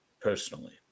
personally